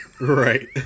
Right